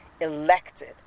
elected